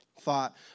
thought